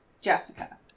Jessica